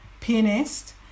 pianist